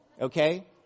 Okay